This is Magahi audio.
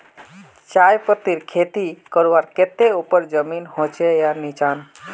चाय पत्तीर खेती करवार केते ऊपर जमीन होचे या निचान?